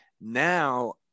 now